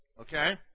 Okay